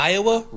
Iowa